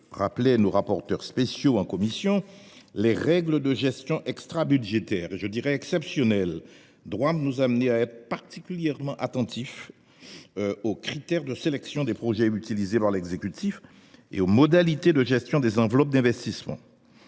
rappelé nos rapporteurs spéciaux en commission, les règles de gestion extrabudgétaire – et je dirais exceptionnelle – doivent nous amener à être particulièrement attentifs aux critères de sélection des projets utilisés par l’exécutif et aux modalités de gestion des enveloppes d’investissement.